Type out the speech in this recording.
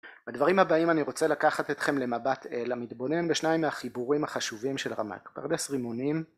בדברים הבאים אני רוצה לקחת אתכם למבט למתבונן בשניים מהחיבורים החשובים של רמת פרדס רימונים